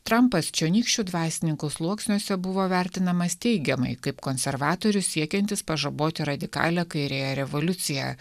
trampas čionykščių dvasininkų sluoksniuose buvo vertinamas teigiamai kaip konservatorius siekiantis pažaboti radikalią kairiąją revoliuciją